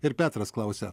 ir petras klausia